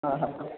हां हां हां